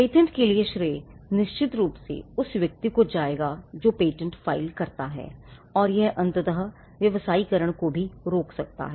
patent के लिए श्रेय निश्चित रूप से उस व्यक्ति को जाएगा जो पेटेंट फाइल करता है और यह अंततः व्यावसायीकरण को भी रोक सकता है